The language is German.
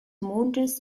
mondes